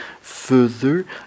Further